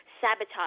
sabotage